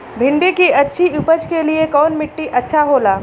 भिंडी की अच्छी उपज के लिए कवन मिट्टी अच्छा होला?